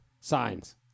Signs